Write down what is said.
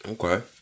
Okay